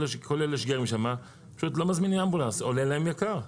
כל אלו שגרים שם פשוט לא מזמינים אמבולנס עולה להם יקר.